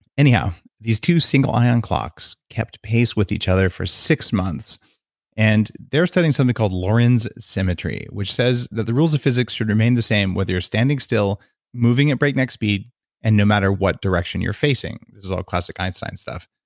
anyhow, these two single ion clocks kept pace with each other for six months and they're fitting something called lorentz symmetry which says that the rules of physics should remain the same whether you're standing still moving at breakneck speed and no matter what direction you're facing these are all classic einstein stuff.